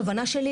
הכוונה שלי,